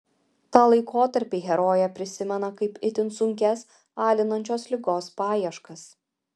tą laikotarpį herojė prisimena kaip itin sunkias alinančios ligos paieškas